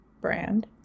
brand